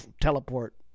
teleport